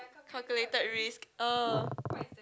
calculated risk oh